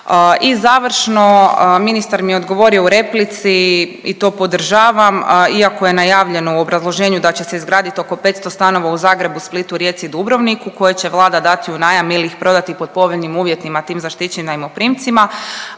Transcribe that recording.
I završno, ministar mi je odgovorio u replici i to podržavam iako je najavljeno u obrazloženju da će se izgradit oko 500 stanova u Zagrebu, Splitu, Rijeci i Dubrovniku koje će Vlada dati u najam ili ih prodati pod povoljnim uvjetima tim zaštićenim najmoprimcima,